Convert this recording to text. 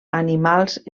animals